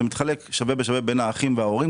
זה מתחלק שווה בשווה בין האחים וההורים,